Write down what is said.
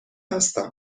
هستم